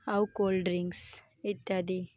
ଆଉ cold drinks ଇତ୍ୟାଦି